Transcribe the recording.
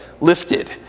lifted